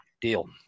deal